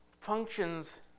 functions